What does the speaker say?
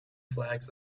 flags